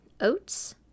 oats